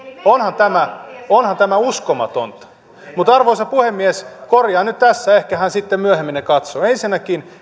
onhan tämä onhan tämä uskomatonta arvoisa puhemies korjaan nyt tässä ehkä hän sitten myöhemmin ne katsoo ensinnäkin